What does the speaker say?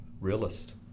realist